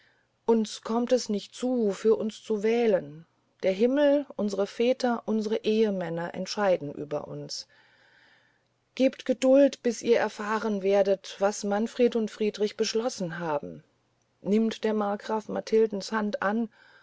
uns kommt es nicht zu für uns zu wählen der himmel unsre väter unsre ehemänner entscheiden über uns gebt geduld bis ihr erfahren werdet was manfred und friedrich beschlossen haben nimmt der markgraf matildens hand an